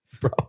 Bro